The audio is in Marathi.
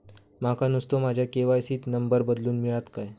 माका नुस्तो माझ्या के.वाय.सी त नंबर बदलून मिलात काय?